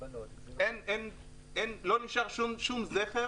לא נשאר שום זכר